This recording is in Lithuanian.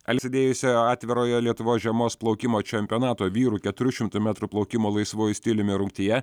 atsidėjusio atvirojo lietuvos žiemos plaukimo čempionato vyrų keturių šimtų metrų plaukimo laisvuoju stiliumi rungtyje